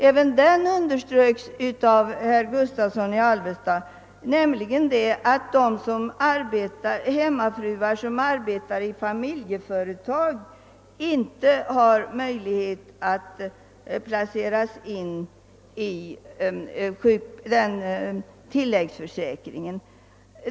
även den underströks av herr Gustavsson i Alvesta, som sade att de hemmafruar som arbetar i familjeföretag inte har möjlighet att bli inplacerade i tilläggsförsäkringen.